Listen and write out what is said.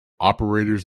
operators